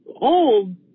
old